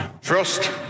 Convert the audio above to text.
First